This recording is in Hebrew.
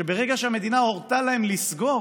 שברגע שהמדינה הורתה להם לסגור,